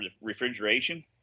refrigeration